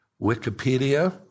Wikipedia